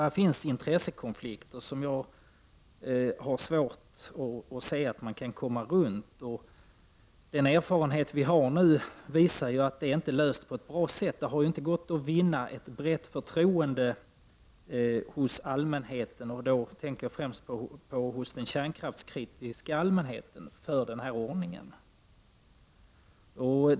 Här finns intressekonflikter som jag har svårt att se att man kan komma runt. Den erfarenhet vi nu har visar att det inte har gått att vinna ett brett förtroende hos allmänheten för den här ordningen — jag avser då främst den kärnkraftskritiska allmänheten.